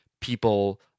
people